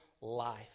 life